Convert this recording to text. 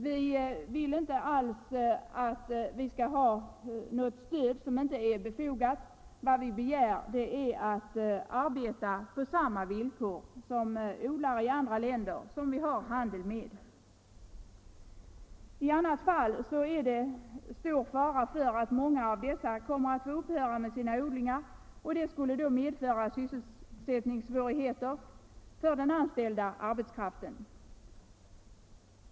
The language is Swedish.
Vi vill inte alls ha något stöd som inte är befogat —- vad vi begär är att få arbeta på samma villkor som odlare i andra länder som Sverige har handel med. I annat fall är det stor fara för att många kommer att få upphöra med sina odlingar, och det skulle medföra sysselsättningssvårigheter för den anställda arbetskraften.